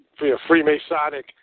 Freemasonic